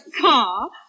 car